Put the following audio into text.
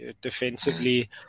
defensively